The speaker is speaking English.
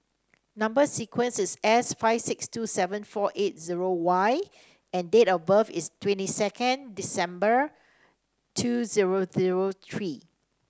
number sequence is S five six two seven four eight zero Y and date of birth is twenty two December two zero zero three